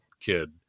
kid